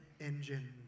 engine